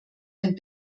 ein